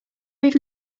even